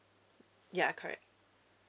ya correct